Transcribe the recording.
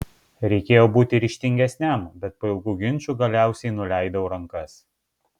reikėjo būti ryžtingesniam bet po ilgų ginčų galiausiai nuleidau rankas